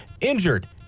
injured